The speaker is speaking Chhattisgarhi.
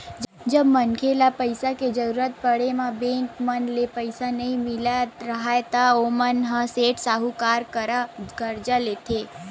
जब मनखे ल पइसा के जरुरत पड़े म बेंक मन ले पइसा नइ मिलत राहय ता ओमन ह सेठ, साहूकार करा करजा लेथे